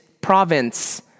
province